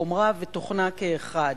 חומרה ותוכנה כאחד.